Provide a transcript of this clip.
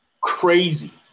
Crazy